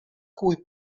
cui